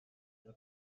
ihre